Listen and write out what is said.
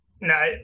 No